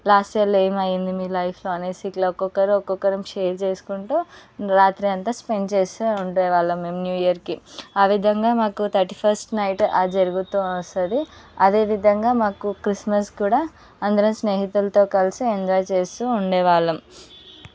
last year ఏమైంది మీ లైఫ్లో అనేసి ఇట్లా ఒక్కొక్కరం ఒక్కొక్కరం షేర్ చేసుకుంటే రాత్రంతా స్పెండ్ చేసే ఉండే వాళ్ళం మేము న్యూ ఇయర్కి ఆ విధంగా మాకు థర్టీ ఫస్ట్ నైట్ అలా జరుగుతూ వస్తుంది అదే విధంగా మాకు క్రిస్మస్ కూడా అందులో స్నేహితులతో కలిసి ఎంజాయ్ చేస్తూ ఉండేవాళ్ళం